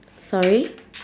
sorry